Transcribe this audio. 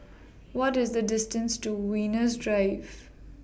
What IS The distance to Venus Drive